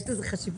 יש לזה חשיבות,